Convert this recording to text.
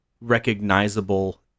recognizable